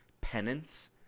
penance